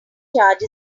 charge